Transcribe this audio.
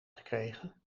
gekregen